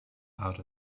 out